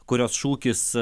kurios šūkis